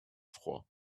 froid